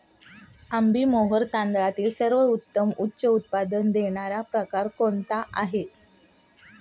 आंबेमोहोर तांदळातील सर्वोत्तम उच्च उत्पन्न देणारा प्रकार कोणता आहे?